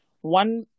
one